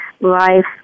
life